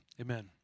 Amen